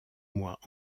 mois